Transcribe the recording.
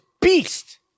beast